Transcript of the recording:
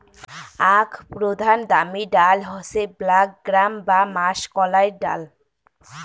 আক প্রধান দামি ডাল হসে ব্ল্যাক গ্রাম বা মাষকলাইর ডাল